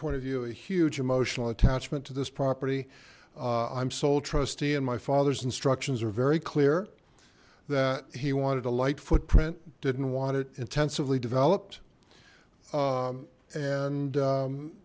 point of view a huge emotional attachment to this property i'm sole trustee and my father's instructions are very clear that he wanted a light footprint didn't want it intensively developed and